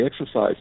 exercise